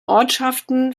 ortschaften